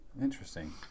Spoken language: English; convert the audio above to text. interesting